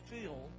feel